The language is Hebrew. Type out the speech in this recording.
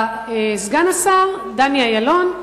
בסגן השר דני אילון,